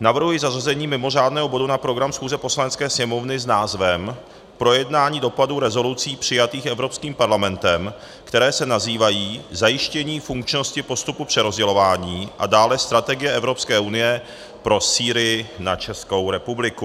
navrhuji zařazení mimořádného bodu na program schůze Poslanecké sněmovny s názvem Projednání dopadu rezolucí přijatých Evropským parlamentem, které se nazývají Zajištění funkčnosti postupu přerozdělování a dále Strategie Evropské unie pro Sýrii na Českou republiku.